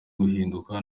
guhinduka